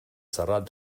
serrat